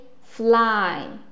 fly